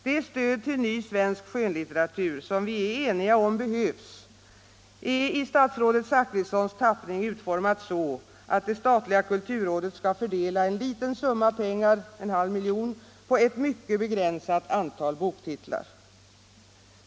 Det stöd till ny svensk skönlitteratur, som vi är eniga om att anse behövligt, är i statsrådet Zachrissons tappning utformat så att det statliga kulturrådet skall fördela en liten summa pengar — 0,5 milj.kr. — på ett mycket begränsat antal boktitlar.